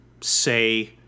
say